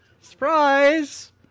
Surprise